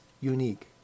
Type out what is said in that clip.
unique